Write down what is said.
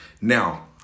Now